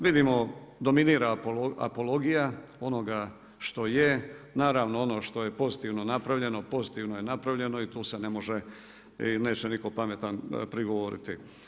Vidimo dominira apologija onoga što je, naravno ono što je pozitivno napravljeno pozitivno je napravljeno i tu se ne može i neće niko pametan prigovoriti.